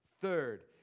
Third